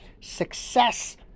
success